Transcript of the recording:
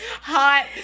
hot